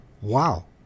Wow